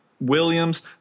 Williams